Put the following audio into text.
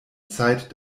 zeit